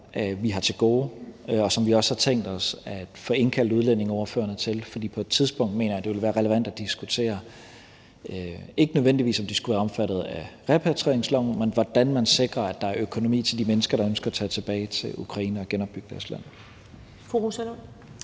vi har til gode, og som vi også har tænkt os at få indkaldt udlændingeordførerne til. For på et tidspunkt mener jeg, at det vil være relevant at diskutere, ikke nødvendigvis, om de skulle være omfattet af repatrieringsloven, men hvordan man sikrer, at der er økonomi til de mennesker, der ønsker at tage tilbage til Ukraine og genopbygge deres land. Kl.